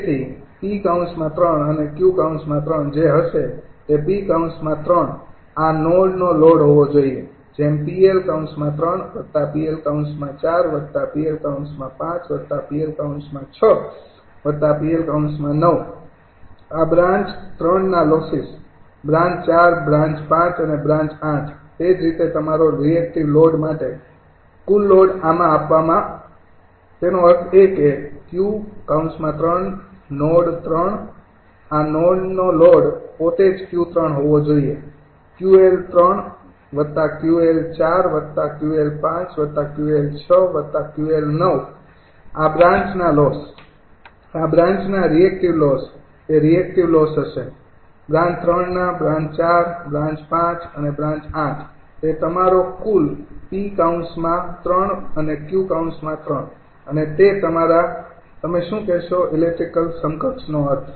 તેથી 𝑃૩ અને 𝑄૩ જે હશે તે 𝑃૩ આ નોડનો લોડ હોવો જોઈએ જેમ 𝑃𝐿૩ 𝑃𝐿૪𝑃𝐿૫𝑃𝐿૬𝑃𝐿૯ આ બ્રાન્ચ ૩ ના લોસીસ બ્રાન્ચ ૪ બ્રાન્ચ ૫ અને બ્રાન્ચ ૮ તે જ રીતે તમારા રિએક્ટિવ લોડ માટે કુલ લોડ આમાં આપવામાં તેનો અર્થ એ કે Q નોડ 3 આ નોડનો લોડ પોતે જ Q૩ હોવો જોઈએ 𝑄𝐿૩𝑄𝐿૪𝑄𝐿૫𝑄𝐿૬𝑄𝐿૯ આ બ્રાન્ચ ના લોસ આ બ્રાન્ચના રિએક્ટિવ લોસ તે રિએક્ટિવ લોસ હશે બ્રાન્ચ ૩નાબ્રાન્ચ ૪ બ્રાન્ચ ૫ અને બ્રાન્ચ ૮ તે તમારો કુલ 𝑃૩ અને 𝑄૩ અને તે તમારા તમે શું કહેશો ઇલેક્ટ્રિકલ સમકક્ષ નો અર્થ